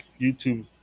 YouTube